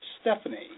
Stephanie